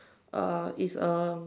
uh is um